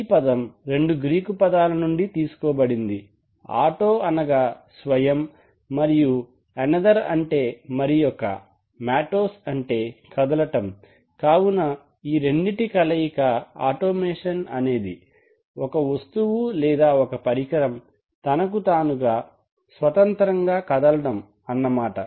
ఈ పదం రెండు గ్రీకు పదాల నుంచి తీసుకోబడింది ఆటో అనగా స్వయం మరియు అనదర్ అంటే మరియొక మాటొస్ అంటే కదలటం కావున ఈ రెండిటి కలయిక ఆటోమేషన్ అనేది ఒక వస్తువు లేదా పరికరం తనకు తానుగా స్వతంత్రంగా కదలడం అన్నమాట